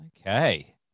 Okay